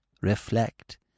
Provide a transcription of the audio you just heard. Reflect